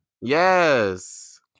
Yes